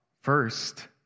first